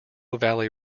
valley